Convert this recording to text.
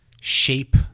shape